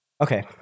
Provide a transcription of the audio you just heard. Okay